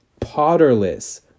Potterless